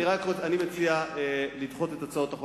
אני מציע לדחות את הצעת החוק.